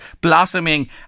blossoming